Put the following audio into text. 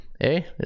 Hey